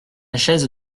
chaise